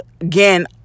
again